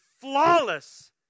flawless